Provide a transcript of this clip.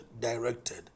directed